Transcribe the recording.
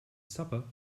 supper